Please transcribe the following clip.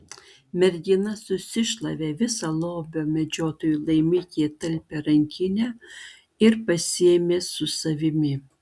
mergina susišlavė visą lobio medžiotojų laimikį į talpią rankinę ir pasiėmė su savimi